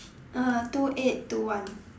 uh two eight two one